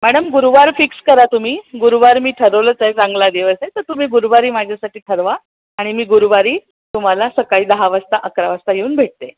madam गुरुवार fix करा तुम्ही गुरुवार मी ठरवलंच आहे चांगला दिवस आहे तर तुम्ही गुरुवारी माझ्यासाठी ठरवा आणि मी गुरुवारी तुम्हाला सकाळी दहा वाजता अकरा वाजता येऊन भेटते